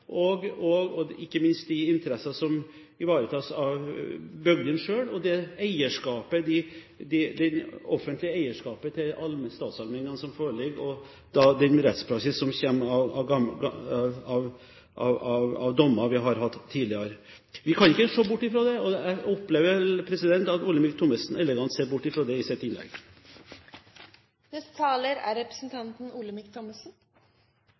i utmarka, og ikke minst de interesser som ivaretas av bygdene selv, det offentlige eierskapet til statsallmenningene som foreligger, og den rettspraksis som kommer av dommer vi har hatt tidligere. Vi kan ikke se bort fra det, og jeg opplever at Olemic Thommessen elegant ser bort fra det i sitt innlegg. Selvfølgelig skal vi ikke se bort fra Høyesteretts vedtak – og det skjønner jeg jo godt at denne regjeringen er